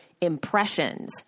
impressions